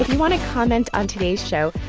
want to comment on today's show,